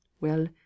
Well